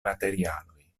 materialoj